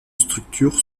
structures